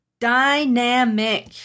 Dynamic